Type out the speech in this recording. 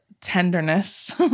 tenderness